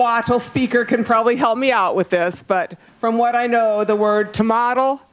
wattle speaker can probably help me out with this but from what i know the word to model